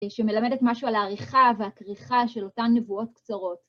שמלמדת משהו על העריכה והכריכה של אותן נבואות קצרות.